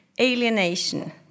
alienation